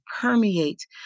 permeate